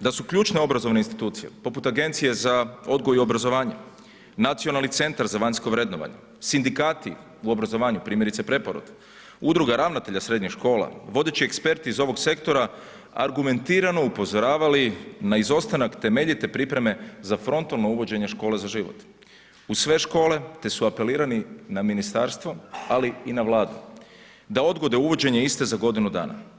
da su ključne obrazovne institucije, poput Agencije za odgoj i obrazovanje, Nacionalni centar za vanjsko vrednovanje, sindikati u obrazovanju, primjerice Preporod, Udruga ravnatelja srednjih škola, vodeći eksperti iz ovog sektora argumentirano upozoravali na izostanak temeljite pripreme za frontalno uvođenje Škole za život u sve škole te su apelirani na ministarstvo, ali i na Vladu, da odgode uvođenje iste za godinu dana.